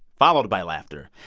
followed by laughter.